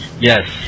Yes